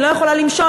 היא לא יכולה למשול.